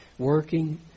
working